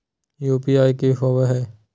UPI की होवे हय?